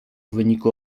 wyniku